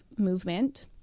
movement